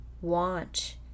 want